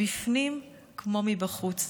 בפנים כמו מבחוץ.